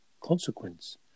consequence